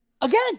Again